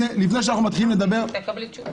עוד לפני שאנחנו מתחילים לדבר הלאה.